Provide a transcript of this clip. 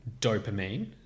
dopamine